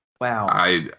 Wow